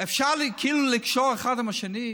אפשר לקשור את זה אחד עם השני?